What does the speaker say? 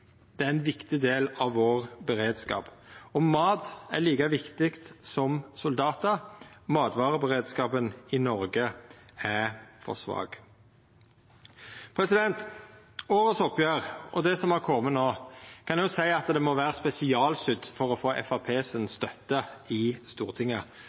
det er ein viktig del av beredskapen vår. Mat er like viktig som soldatar. Matvareberedskapen i Noreg er for svak. Til årets oppgjer og det som er kome no, kan ein seia at det må vera spesialsydd for å få Framstegspartiets støtte i Stortinget.